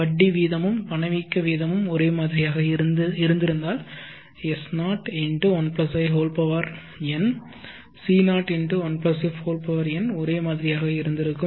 வட்டி வீதமும் பணவீக்க வீதமும் ஒரே மாதிரியாக இருந்திருந்தால் S01i n C01f n ஒரே மாதிரியாக இருந்திருக்கும்